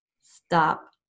stop